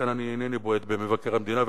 לכן אני אינני בועט במבקר המדינה,